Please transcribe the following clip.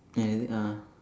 ya is it ah